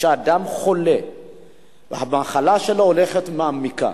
כשאדם חולה והמחלה שלו הולכת ומעמיקה,